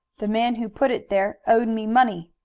the man who put it there owed me money.